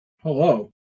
Hello